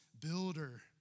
builder